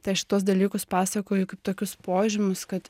tai aš šitus dalykus pasakoju kaip tokius požymius kad